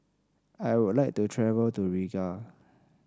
I would like to travel to Riga